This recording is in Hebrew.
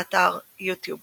באתר יוטיוב